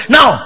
Now